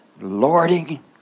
lording